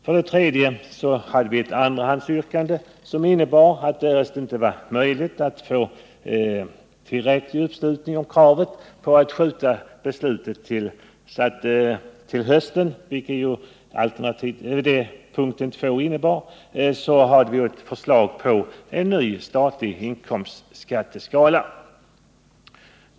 För det tredje har vi ett andrahandsyrkande, som innebär att därest det inte är möjligt att få tillräcklig uppslutning om kravet på att skjuta beslutet till hösten, vilket ju punkten två innebar, så framläggs förslag om en ny statlig inkomstskatteskala.